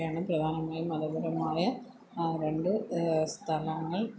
ഇതൊക്കെയാണ് പ്രധാനമായും മതപരമായ ആ രണ്ട് സ്ഥലങ്ങൾ